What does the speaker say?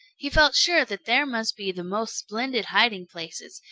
he felt sure that there must be the most splendid hiding-places,